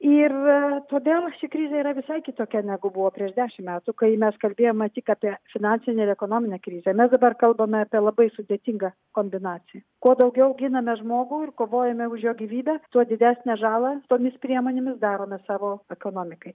ir todėl ši krizė yra visai kitokia negu buvo prieš dešimt metų kai mes kalbėjome ne tik apie finansinę ir ekonominę krizę mes dabar kalbame apie labai sudėtingą kombinaciją kuo daugiau giname žmogų ir kovojame už jo gyvybę tuo didesnę žalą tomis priemonėmis darome savo ekonomikai